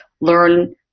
learn